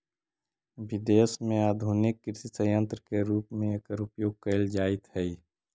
विदेश में आधुनिक कृषि सन्यन्त्र के रूप में एकर उपयोग कैल जाइत हई